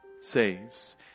saves